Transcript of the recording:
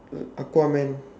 a~ aquaman